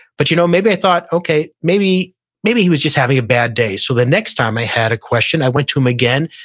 but you know maybe i thought, okay, maybe maybe he was just having a bad day. so the next time i had a question i went to him again.